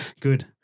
Good